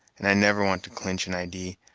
and i never want to clinch an idee,